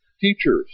teachers